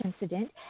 incident